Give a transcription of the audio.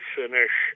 finish